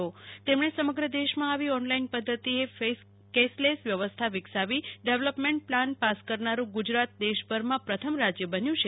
મુખ્યમંત્રીએ સમગ્ર દેશમાં આવી ઓનલાઇન પદ્ધતિએ કેઇસ લેશ વ્યવસ્થા વિકસાવી ડેવલપમેન્ટ પ્લાન પાસ કરનારૂં ગુજરાત દેશભરમાં પ્રથમ રાજ્ય બન્યું છે